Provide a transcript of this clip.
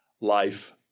life